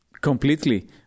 Completely